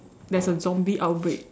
there's a zombie outbreak